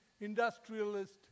industrialist